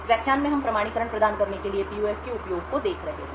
इस व्याख्यान में हम प्रमाणीकरण प्रदान करने के लिए PUF के उपयोग को देख रहे हैं